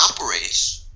operates